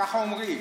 ככה אומרים.